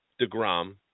DeGrom